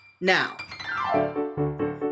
now